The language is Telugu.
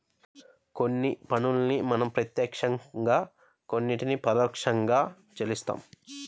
కొన్ని పన్నుల్ని మనం ప్రత్యక్షంగా కొన్నిటిని పరోక్షంగా చెల్లిస్తాం